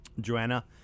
Joanna